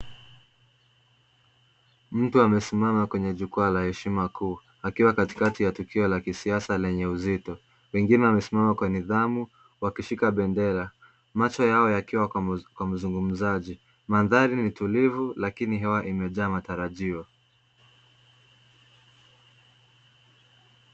Mtu amesimama kwenye jukwaa la heshima kuu, akiwa katikati ya tukio la kisiasa lenye uzito. Wengine wamesimama kwa nidhamu, wakishika bendera, macho yao yakiwa kwa mzungumzaji. Mandhari ni tulivu, lakini hewa imejaa matarajio.